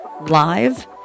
live